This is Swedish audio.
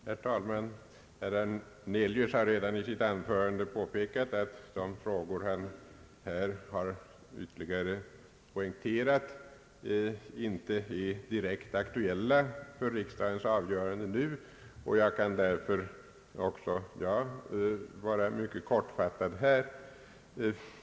Herr talman! Herr Hernelius har i sitt anförande redan påpekat att de frågor som han här ytterligare poängterat inte är direkt aktuella för riksdagens avgörande nu, och jag kan därför också jag fatta mig mycket kort.